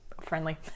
friendly